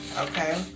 okay